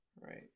Right